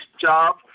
job